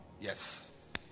yes